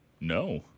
No